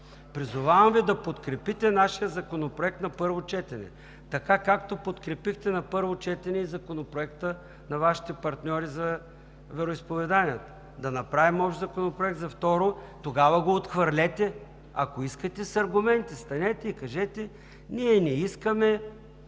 Призоваваме Ви да подкрепите нашия законопроект на първо четене, така както подкрепихте на първо четене и Законопроекта на Вашите партньори за вероизповеданията. Да направим общ законопроект за второ четене – тогава го отхвърлете, ако искате, с аргументи. Станете и кажете: „Ние не искаме